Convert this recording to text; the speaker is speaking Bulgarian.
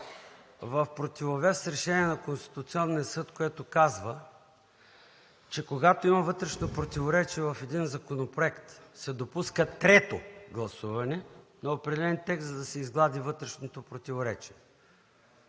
в противовес с решение на Конституционния съд, което казва, че когато има вътрешно противоречие в един законопроект, се допуска трето гласуване на определен текст, за да се изглади вътрешното противоречие.